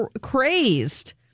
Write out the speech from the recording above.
crazed